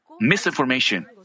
misinformation